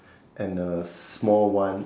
and a small one